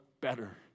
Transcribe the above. better